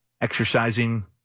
exercising